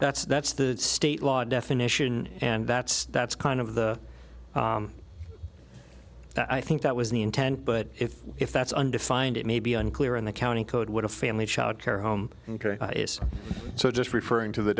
that's that's the state law definition and that's that's kind of the i think that was the intent but if that's undefined it may be unclear in the county code would a family child care home so just referring to the